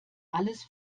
alles